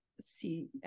see